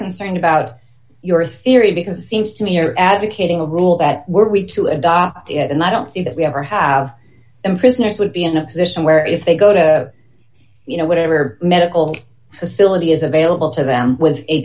concerned about your theory because it seems to me you're advocating a rule that were we to adopt it and i don't see that we have or have them prisoners would be in a position where if they go to you know whatever medical facility is available to them with a